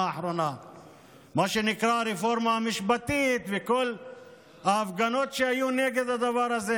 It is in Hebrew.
האחרונה במה שנקרא "הרפורמה המשפטית" וכל ההפגנות שהיו נגד הדבר הזה.